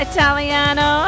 Italiano